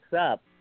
up